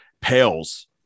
pales